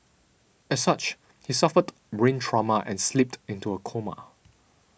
as such he suffered brain trauma and slipped into a coma